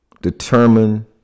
determine